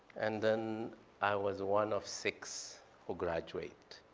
and then i was one of six who graduate.